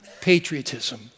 patriotism